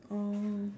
oh